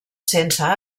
sense